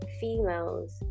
females